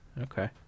Okay